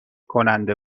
کننده